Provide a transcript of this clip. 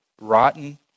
rotten